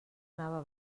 anava